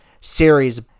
series